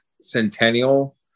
Centennial